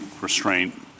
restraint